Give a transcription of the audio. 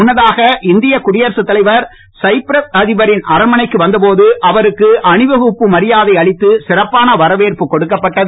முன்னதாக இந்திய குடியரசு தலைவர் சைப்ரஸ் அதிபரின் அரண்மனைக்கு வந்த போது அவருக்கு அணிவகுப்பு மரியாதை அளித்து சிறப்பான வரவேற்பு கொடுக்கப்பட்டது